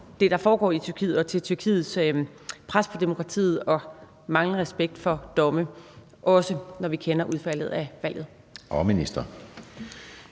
det, der foregår i Tyrkiet, og til Tyrkiets pres på demokratiet og manglende respekt for domme, også når vi kender udfaldet af valget. Kl.